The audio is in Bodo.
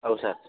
औ सार